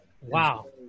Wow